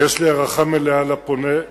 ויש לי הערכה מלאה לפונה,